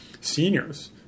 seniors